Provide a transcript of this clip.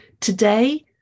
today